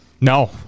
no